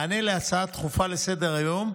מענה על הצעה דחופה לסדר-היום: